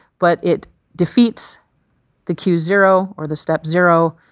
but it defeats the cue zero, or the step zero,